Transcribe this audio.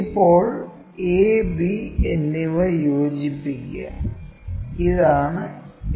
ഇപ്പോൾ a b എന്നിവ യോജിപ്പിക്കുക ഇതാണ് യഥാർത്ഥ നീളം